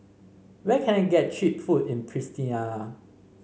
where can I get cheap food in Pristina